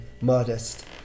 modest